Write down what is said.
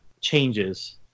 changes